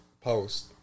post